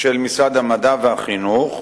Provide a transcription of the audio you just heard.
של משרד המדע ומשרד החינוך,